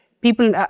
people –